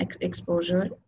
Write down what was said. exposure